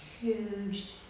huge